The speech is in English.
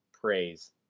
praise